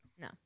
No